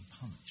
Punch